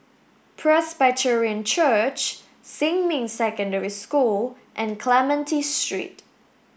Presbyterian Church Xinmin Secondary School and Clementi Street